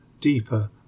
deeper